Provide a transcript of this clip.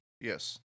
Yes